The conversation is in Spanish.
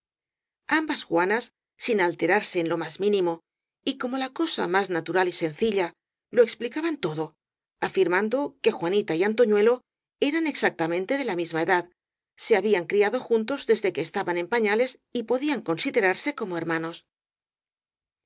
ambas juanas sin alterarse en lo más mínimo y como la cosa más natural y sencilla lo explicaban todo afirmando que juanita y antoñuelo eran exactamente de la misma edad se habían criado juntos desde que estaban en pañales y podían con siderarse como hermanos